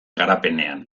garapenean